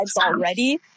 already